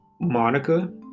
Monica